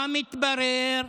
מה מתברר?